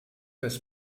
fürs